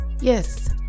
yes